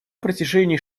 протяжении